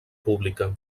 pública